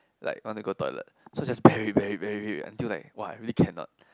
like want to go toilet so just bear it bear it bear it until like !wah! really cannot